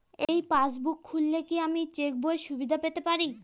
এই পাসবুক খুললে কি আমি চেকবইয়ের সুবিধা পেতে পারি?